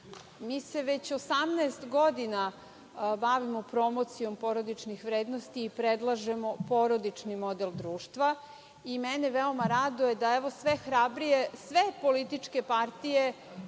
Mi se već 18 godina bavimo promocijom porodičnih vrednosti i predlažemo porodični model društva i mene veoma raduje da evo sve hrabrije sve političke partije